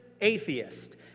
atheist